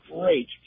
great